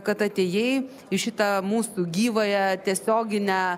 kad atėjai į šitą mūsų gyvąją tiesioginę